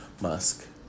Musk